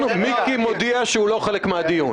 מיקי מודיע שהוא לא חלק מהדיון.